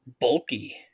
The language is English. bulky